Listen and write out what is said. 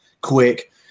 quick